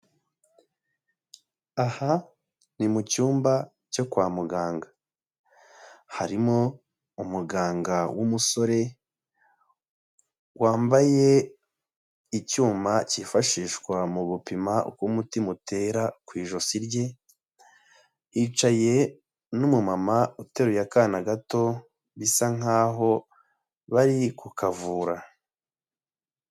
Aha ni mu cyumba cyo kwa muganga, harimo umuganga w'umusore wambaye icyuma cyifashishwa mu gupima uko umutima utera ku ijosi rye, hicaye n'umumama uteruye akana gato bisa nkaho bari ku kavura.